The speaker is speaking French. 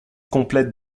complète